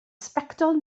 sbectol